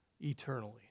eternally